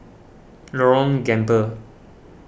Lorong Gambir